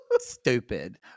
Stupid